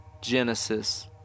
Genesis